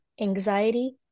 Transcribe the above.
anxiety